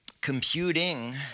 computing